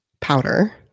powder